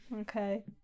Okay